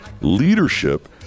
leadership